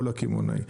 או לקמעונאי,